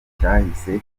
cyahise